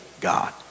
God